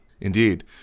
Indeed